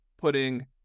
putting